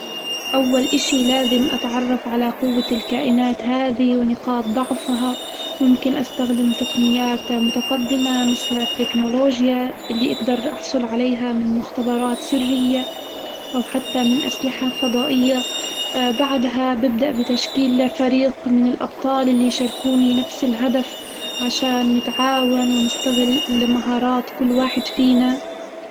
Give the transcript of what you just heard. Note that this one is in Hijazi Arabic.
أول إشي لازم أتعرف على قوة الكائنات هذي ونقاط ضعفها، ممكن أستخدم تقنيات متقدمة مثل التكنولوجيا اللي إجدر أحصل عليها من مختبرات سرية أو حتى من أسلحة فضائية، بعدها ببدأ بتشكيل فريق من الأبطال اللي شاركوني نفس الهدف عشان نتعاون ونستغل مهارات كل واحد فينا.